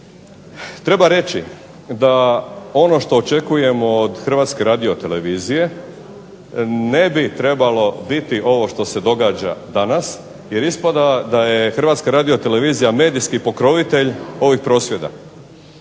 Treba reći da ono što očekujemo od HRTV-e ne bi trebalo biti ovo što se događa danas, jer ispada da je HRTV-a medijski pokrovitelj ovih prosvjeda.